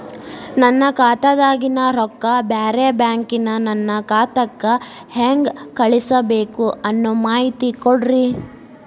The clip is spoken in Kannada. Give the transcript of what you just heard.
ನನ್ನ ಖಾತಾದಾಗಿನ ರೊಕ್ಕ ಬ್ಯಾರೆ ಬ್ಯಾಂಕಿನ ನನ್ನ ಖಾತೆಕ್ಕ ಹೆಂಗ್ ಕಳಸಬೇಕು ಅನ್ನೋ ಮಾಹಿತಿ ಕೊಡ್ರಿ?